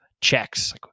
checks